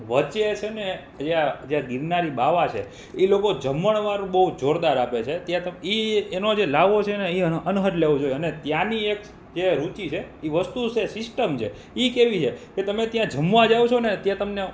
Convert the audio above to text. વચ્ચે છે ને જ્યાં જ્યાં ગિરનારી બાવા છે એ લોકો જમણવાર બહુ જોરદાર આપે છે ત્યાં તમે એ એનો જે લ્હાવો છે ને એ અનહદ લેવો જોઈએ અને ત્યાંની એક જે રુચિ છે એ વસ્તુ છે સિસ્ટમ છે એ કેવી છે કે તમે ત્યાં જમવા જાઓ છો ને ત્યાં તમને